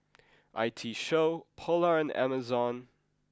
I T Show Polar and Amazon